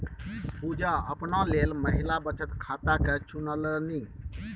पुजा अपना लेल महिला बचत खाताकेँ चुनलनि